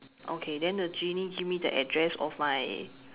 okay then the genie give me the address of my